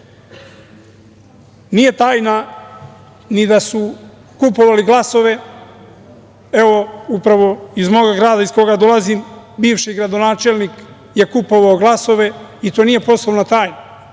tajna ni da su kupovali glasove, evo, upravo iz moga grada iz koga dolazim, bivši gradonačelnik je kupovao glasove, i to nije poslovna tajna.